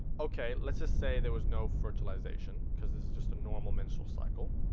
okay, let's just say there was no fertilization because this is just a normal menstrual cycle